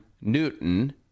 Newton